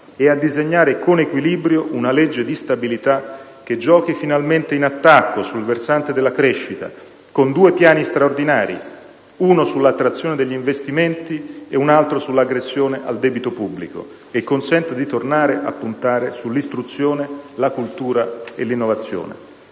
e di disegnare con equilibrio una legge di stabilità che giochi, finalmente, in attacco sul versante della crescita con due piani straordinari, uno sull'attrazione degli investimenti e un altro sull'aggressione al debito pubblico, e consenta di tornare a puntare sull'istruzione, la cultura e l'innovazione.